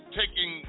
taking